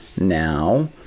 now